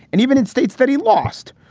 and even in states that he lost,